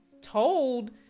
told